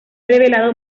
revelado